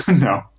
No